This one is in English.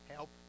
Help